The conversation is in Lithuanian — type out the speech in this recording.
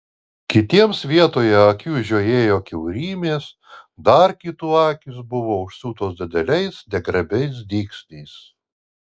kitiems vietoje akių žiojėjo kiaurymės dar kitų akys buvo užsiūtos dideliais negrabiais dygsniais